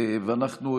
אנחנו,